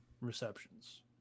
receptions